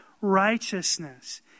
righteousness